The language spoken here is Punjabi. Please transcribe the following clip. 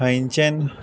ਫਾਈਚਨ